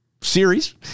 series